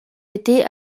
été